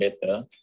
better